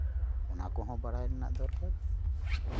ᱚᱱᱟ ᱠᱚᱦᱚᱸ ᱵᱟᱲᱟᱭ ᱨᱮᱱᱟᱜ ᱫᱚᱨᱠᱟᱨ